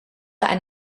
ein